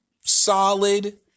solid